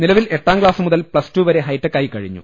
നിലവിൽ എട്ടാം ക്ലാസു മുതൽ പ്ലസ്ടു വരെ ഹൈടെക്കായി കഴിഞ്ഞു